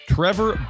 Trevor